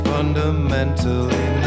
Fundamentally